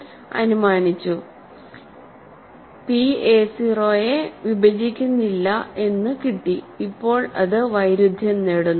p a 0 യെവിഭജിക്കുന്നില്ല എന്ന് കിട്ടിഇപ്പോൾ അത് വൈരുദ്ധ്യം നേടുന്നു